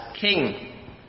King